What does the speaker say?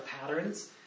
patterns